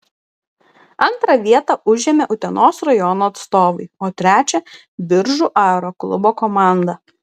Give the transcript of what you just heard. antrą vietą užėmė utenos rajono atstovai o trečią biržų aeroklubo komanda